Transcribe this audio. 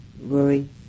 worry